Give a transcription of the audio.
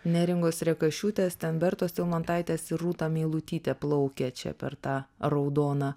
neringos rekašiūtės tembertos tilmantaitės ir rūta meilutytė plaukė čia per tą raudoną